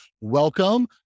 welcome